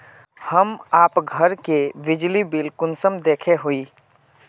हम आप घर के बिजली बिल कुंसम देखे हुई?